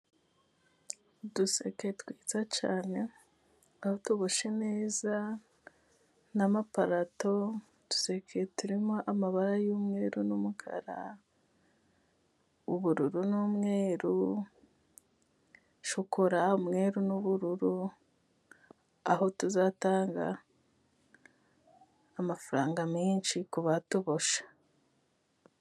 Uduseke twiza cyane, aho tuboshye neza na maparato, uduseke turimo amabara y'umweru, umukara, ubururu, umweru, shokora, umweru, n'ubururu aho tuzatanga amafaranga menshi ku batuboshye.